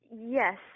Yes